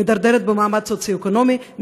מידרדרת במעמד הסוציו-אקונומי,